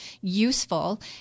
Useful